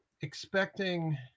expecting